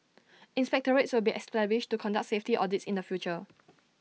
inspectorates will be established to conduct safety audits in the future